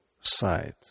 site